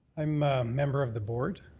i'm a member of the board,